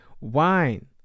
wine